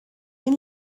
این